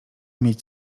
mieć